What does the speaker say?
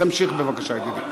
תמשיך בבקשה, ידידי.